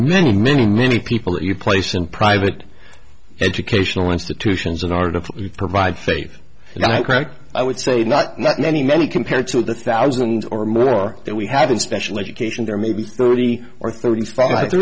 many many many people at your place in private educational institutions in art of provide faith that correct i would say not many many compared to the thousands or more that we have in special education there maybe thirty or thirty five t